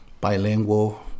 bilingual